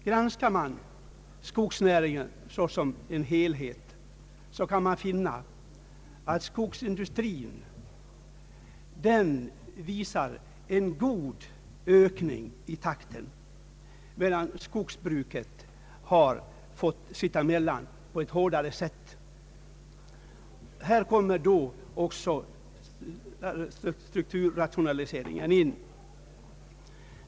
Granskar man skogsnäringen som en helhet, kan man finna att skogsindustrin visar en god ökning i takten, medan skogsbruket har fått sitta emellan på ett hårdare sätt. Här kommer då också strukturrationaliseringen in.